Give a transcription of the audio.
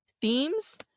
themes